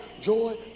joy